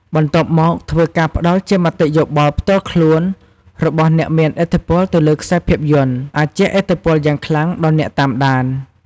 បន្ទាប់មកធ្វើការផ្ដល់ជាមតិយោបល់ផ្ទាល់ខ្លួនរបស់អ្នកមានឥទ្ធិពលទៅលើខ្សែភាពយន្ត អាចជះឥទ្ធិពលយ៉ាងខ្លាំងដល់អ្នកតាមដាន ។